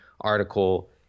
article